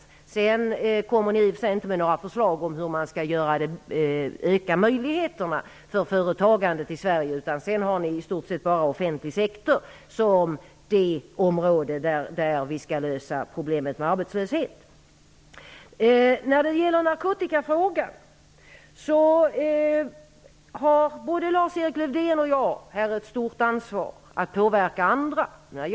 Däremot har Socialdemokraterna inga förslag på hur man skall se till att förbättra möjligheterna för företagandet i Sverige, utan det är i stort sett bara inom ramen för den offentliga sektorn som problemet med arbetslösheten skall lösas. Både Lars-Erik Lövdén och jag har ett stort ansvar för att påverka andra när det gäller narkotikafrågan.